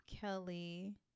Kelly